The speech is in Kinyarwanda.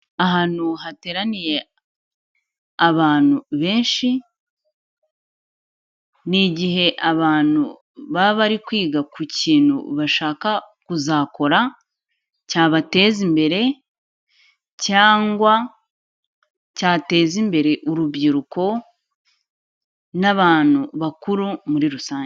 Ahantu hateraniye abantu benshi, ni igihe abantu baba bari kwiga ku kintu bashaka kuzakora cyabateza imbere cyangwa cyateza imbere urubyiruko, n'abantu bakuru muri rusange.